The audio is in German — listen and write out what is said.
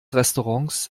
restaurants